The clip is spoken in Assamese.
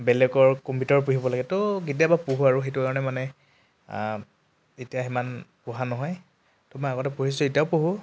বেলেগৰ কম্পিউটাৰো পঢ়িব লাগে তো কেতিয়াবা পঢ়োঁ আৰু সেইটো কাৰণে মানে এতিয়া সিমান পঢ়া নহয় তো মই আগতে পঢ়িছোঁ এতিয়াও পঢ়োঁ